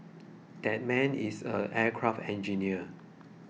that man is an aircraft engineer